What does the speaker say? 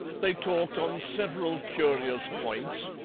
they talked on several curious points,